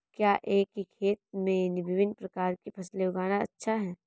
क्या एक ही खेत में विभिन्न प्रकार की फसलें उगाना अच्छा है?